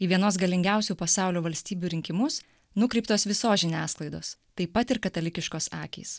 į vienos galingiausių pasaulio valstybių rinkimus nukreiptos visos žiniasklaidos taip pat ir katalikiškos akys